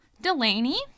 Delaney